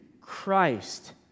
Christ